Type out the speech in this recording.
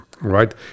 right